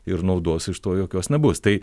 ir naudos iš to jokios nebus tai